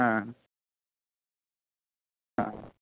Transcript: হ্যাঁ হ্যাঁ